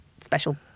special